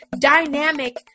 dynamic